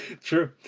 True